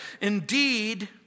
Indeed